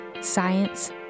science